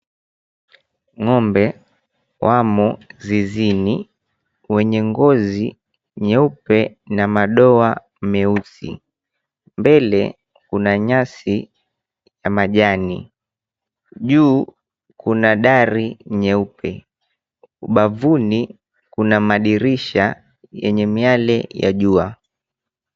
Ng'ombe wamo zizini wenye ngozi nyeupe na madoa meusi. Mbele kuna nyasi na majani. Juu kuna dari nyeupe. Ubavuni kuna madirisha yenye miale ya jua.